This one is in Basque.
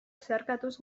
zeharkatuz